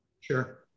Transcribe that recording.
Sure